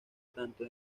tanto